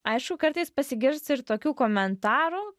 aišku kartais pasigirsta ir tokių komentarų